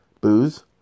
booze